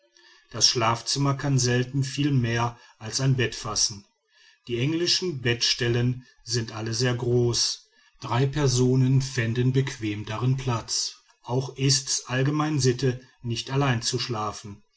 das schlafzimmer kann selten viel mehr als ein bett fassen die englischen bettstellen sind alle sehr groß drei personen fänden bequem darin platz auch ist's allgemein sitte nicht allein zu schlafen